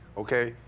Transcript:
okay?